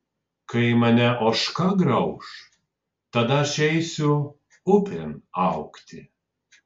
kai mane ožka grauš tada aš eisiu upėn augti